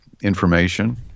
information